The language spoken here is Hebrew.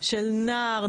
של נער,